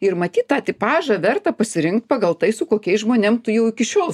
ir matyt tą tipažą verta pasirinkt pagal tai su kokiais žmonėm tu jau iki šiol